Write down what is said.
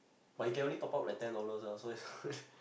but you can only top up like ten dollars ah so ya